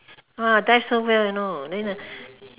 !wah! dive so well you know then the